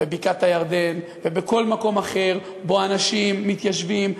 בבקעת-הירדן ובכל מקום אחר שבו אנשים מתיישבים,